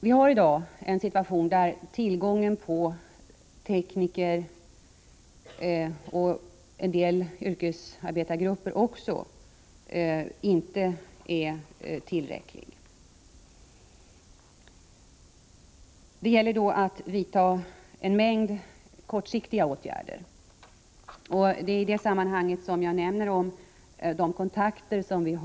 Vi har i dag en situation där tillgången på tekniker och även vad gäller en del yrkesarbetargrupper inte är tillräcklig. Det gäller då att vidta en mängd kortsiktiga åtgärder, och det är i det sammanhanget som jag nämner de kontakter som vi har.